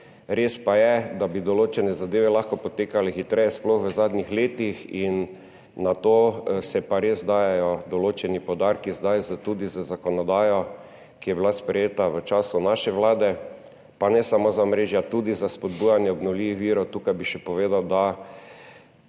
Res pa je, da bi določene zadeve lahko potekale hitreje, sploh v zadnjih letih, na to se pa res dajejo določeni poudarki, zdaj tudi z zakonodajo, ki je bila sprejeta v času naše vlade, pa ne samo za omrežja, tudi za spodbujanje obnovljivih virov. Tukaj bi še povedal, da